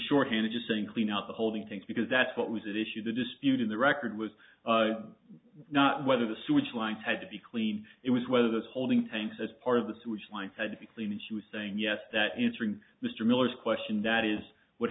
short handed just saying clean out the holding tank because that's what was that issue the dispute in the record was not whether the sewage lines had to be clean it was whether the holding tank as part of the sewage lines had to be clean and she was saying yes that answering mr miller's question that is what